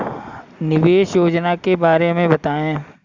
निवेश योजना के बारे में बताएँ?